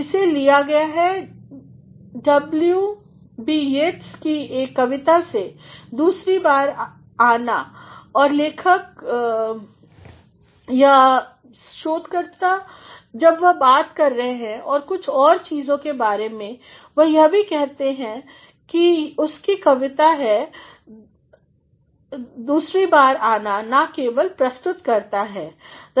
इसे लिया गया है डब्ल्यूबीयीट्स की एक कविता से दूसरी बार आना और लेखक या शोधकर्ता जब वह बात कर रहे हैं कुछ और चीज़ों के बारे में वह यह भी कहते हैं यह उसकी कविता है दूसरी बार आना ना केवल प्रस्तुत करता है